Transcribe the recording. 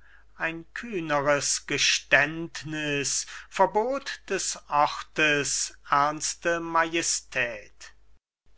dir ein kühneres geständniß verbot des ortes ernste majestät